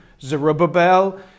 Zerubbabel